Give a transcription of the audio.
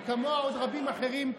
וכמוה עוד רבים אחרים,